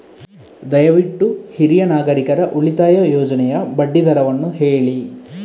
ದಯವಿಟ್ಟು ಹಿರಿಯ ನಾಗರಿಕರ ಉಳಿತಾಯ ಯೋಜನೆಯ ಬಡ್ಡಿ ದರವನ್ನು ಹೇಳಿ